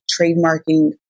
trademarking